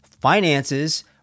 finances